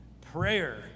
prayer